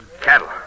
Cattle